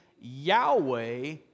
Yahweh